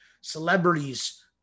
celebrities